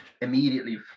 immediately